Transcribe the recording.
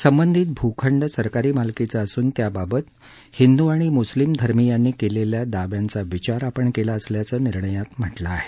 संबंधित भूखंड सरकारी मालकीचा असून त्याबाबत हिंदू आणि मुस्लिम धर्मियांनी केलेल्या दाव्यांचा विचार आपण केला असल्याचं निर्णयात म्हटलं आहे